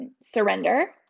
Surrender